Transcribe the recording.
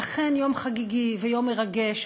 אכן יום חגיגי ויום מרגש,